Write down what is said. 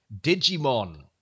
digimon